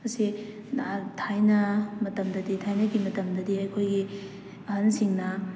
ꯑꯁꯤ ꯅꯍꯥꯜ ꯊꯥꯏꯅ ꯃꯇꯝꯗꯗꯤ ꯊꯥꯏꯅꯒꯤ ꯃꯇꯝꯗꯗꯤ ꯑꯩꯈꯣꯏꯒꯤ ꯑꯍꯟꯁꯤꯡꯅ